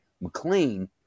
McLean